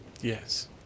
Yes